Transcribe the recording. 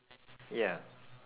ya